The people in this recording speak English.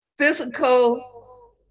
physical